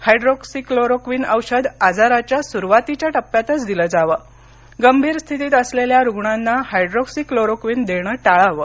hydroxychloroquine औषध आजाराच्या सुरुवातीच्या टप्प्यातच दिलं जावं गंभीर स्थितीत असलेल्या रुग्णांना हायड्रोक्सीक्लोरोक्विन देणं टाळावं